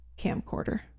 camcorder